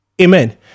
Amen